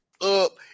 up